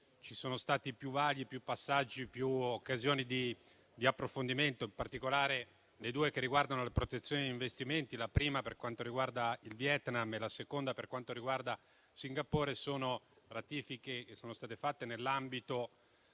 ci sono stati più passaggi e più occasioni di approfondimento. In particolare, esse riguardano la protezione degli investimenti, la prima per quanto riguarda il Vietnam e la seconda per quanto riguarda Singapore, e sono state stipulate nell'ambito